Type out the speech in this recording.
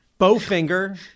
Bowfinger